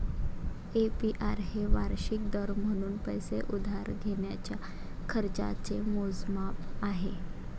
APR हे वार्षिक दर म्हणून पैसे उधार घेण्याच्या खर्चाचे मोजमाप आहे